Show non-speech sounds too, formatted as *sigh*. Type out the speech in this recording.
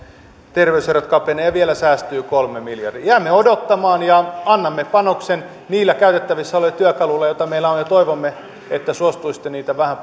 terveyserot kapenevat ja vielä säästyy kolme miljardia jäämme odottamaan ja annamme panoksen niillä käytettävissä olevilla työkaluilla joita meillä on ja toivomme että suostuisitte niitä vähän *unintelligible*